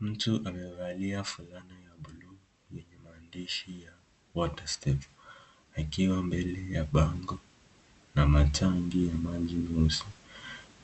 Mtu amevalia fulana ya buluu yenye maandishi ya waterstep akiwa mbele ya bango na matanki ya maji meusi,